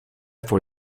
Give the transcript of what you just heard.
for